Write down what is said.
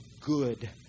good